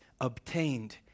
obtained